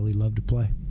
love to play